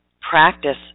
practice